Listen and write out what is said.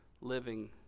living